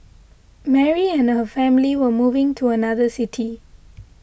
Mary and her family were moving to another city